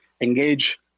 engage